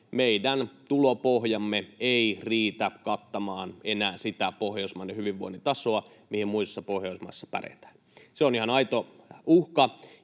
meidän tulopohjamme ei riitä kattamaan enää sitä pohjoismaisen hyvinvoinnin tasoa, mihin muissa Pohjoismaissa päästään. Se on ihan aito uhka,